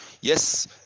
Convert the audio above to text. yes